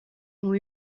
ont